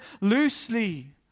loosely